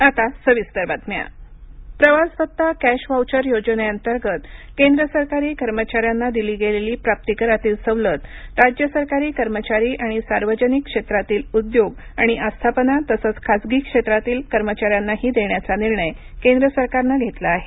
आता सविस्तर बातम्या प्रवास भत्ता सवलत प्रवास भत्ता कॅश व्हाउचर योजनेअंतर्गत केंद्र सरकारी कर्मचाऱ्यांना दिली गेलेली प्राप्तिकरातील सवलत राज्य सरकारी कर्मचारी आणि सार्वजनिक क्षेत्रातिल उद्योग आणि आस्थापना तसंच खाजगि क्षेत्रातील कर्मचाऱ्यांनाही देण्याचा निर्णय केंद्र सरकारनं घेतला आहे